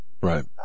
Right